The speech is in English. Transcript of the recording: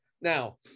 Now